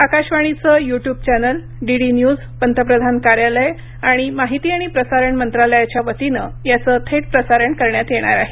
आकाशवाणीचे YouTube channel DD news पंतप्रधान कार्यालय आणि माहिती आणि प्रसारण मंत्रालयाच्या वतीनं याचं थेट प्रसारण करण्यात येणार आहे